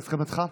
בהסכמתך,